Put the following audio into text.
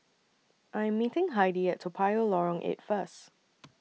I Am meeting Heidy At Toa Payoh Lorong eight First